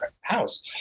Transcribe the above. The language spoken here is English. House